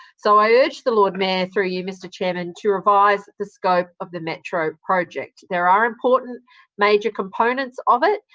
so, i urge the lord mayor, through you, mr chair, and to revise the scope of the metro project. there are important major components of it,